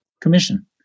Commission